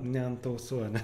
ne ant ausų ane